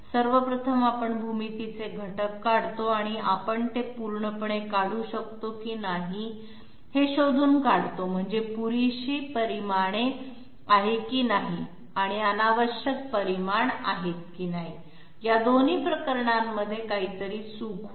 सर्व प्रथम आपण भूमितीचे घटक काढतो आणि आपण ते पूर्णपणे काढू शकतो की नाही हे शोधून काढतो म्हणजे पुरेशी परिमाणे आहे की नाही आणि अनावश्यक परिमाण आहेत की नाही या दोन्ही प्रकरणांमध्ये काहीतरी चूक होईल